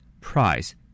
Price